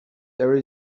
there